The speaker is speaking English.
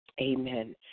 Amen